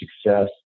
success